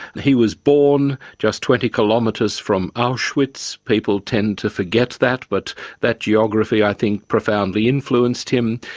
he was born just twenty kilometres from auschwitz. people tend to forget that, but that geography i think profoundly influenced him.